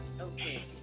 Okay